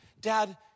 Dad